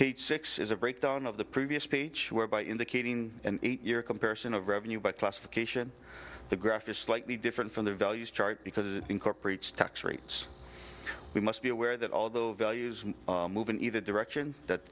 page six is a breakdown of the previous page by indicating an eight year comparison of revenue by classification the graph is slightly different from the values chart because it incorporates tax rates we must be aware that although values move in either direction that